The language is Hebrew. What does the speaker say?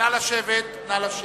נא לשבת, נא לשבת.